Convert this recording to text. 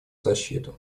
защиту